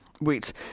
Wait